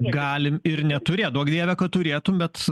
galim ir neturėt duok dieve kad turėtum bet